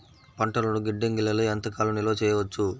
పంటలను గిడ్డంగిలలో ఎంత కాలం నిలవ చెయ్యవచ్చు?